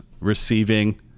receiving